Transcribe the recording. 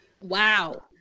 Wow